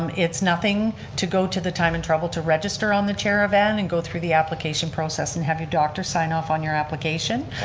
um it's nothing to go to the time and trouble to register on the chair-a-van and go through the application process and have your doctors sign off on your application.